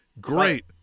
great